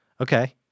Okay